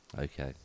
Okay